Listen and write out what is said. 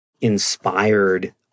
inspired